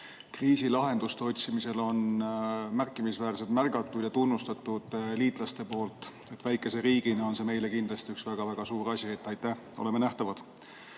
lahenduste otsimisel kriisis on märkimisväärselt märgatud ja tunnustatud liitlaste poolt. Väikese riigina on see meile kindlasti väga-väga suur asi. Aitäh! Oleme nähtavad.